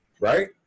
right